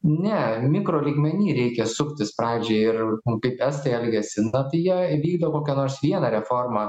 ne mikro lygmeny reikia suktis pradžiai ir kaip estai elgiasi na tai jie įvykdo kokią nors vieną reformą